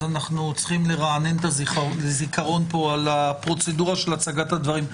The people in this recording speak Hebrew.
אנחנו צריכים לרענן את הזיכרון על הפרוצדורה של הצגת הדברים.